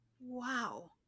Wow